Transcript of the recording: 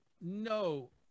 no